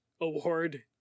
award